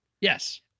yes